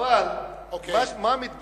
אני יודע, אבל מה מתברר?